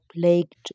plagued